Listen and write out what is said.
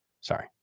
sorry